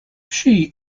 she